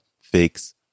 Fix